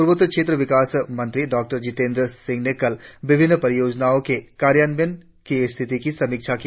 पूर्वोत्तर क्षेत्र विकास मंत्री डॉक्टर जितेंद्र सिंह ने कल विभिन्न परियोजनाओं के कार्यान्वयन की स्थिति की समीक्षा की